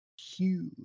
huge